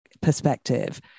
perspective